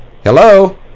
Hello